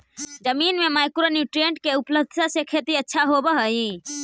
जमीन में micro nutrient के उपलब्धता से खेती अच्छा होब हई